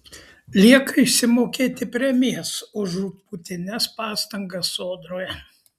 lieka išsimokėti premijas už žūtbūtines pastangas sodroje